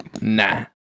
nah